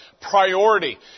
priority